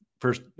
first